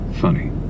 Funny